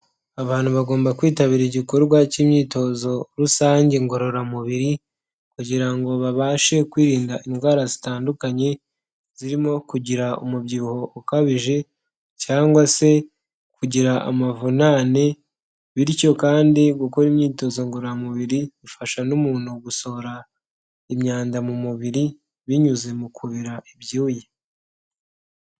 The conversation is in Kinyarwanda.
Abantu bagomba kwitabira igikorwa cy'imyitozo rusange ngororamubiri, kugira ngo babashe kwirinda indwara zitandukanye zirimo kugira umubyibuho ukabije, cyangwa se kugira amavunane, bityo kandi gukora imyitozo ngororamubiri bifasha n'umuntu gusohora imyanda mu mubiri binyuze mu kubira ibyuya.